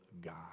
God